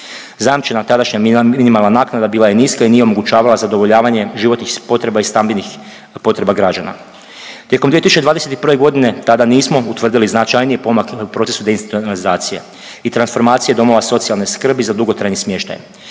Zajamčena tadašnja minimalna naknada bila je niska i nije omogućavala zadovoljavanje životnih potreba i stambenih potreba građana. Tijekom 2021. g. tada nismo utvrdili značajnije pomake u procesu deinstitucionalizacije i transformacije domova socijalne skrbi za dugotrajni smještaj.